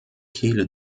kehle